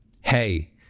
Hey